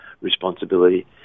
responsibility